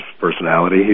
personality